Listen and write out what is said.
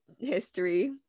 history